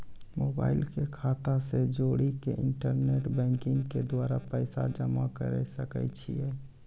Mobile के खाता से जोड़ी के इंटरनेट बैंकिंग के द्वारा पैसा जमा करे सकय छियै?